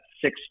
six